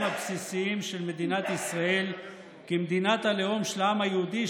הבסיסיים של מדינת ישראל כמדינת הלאום של העם היהודי,